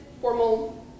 formal